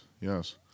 yes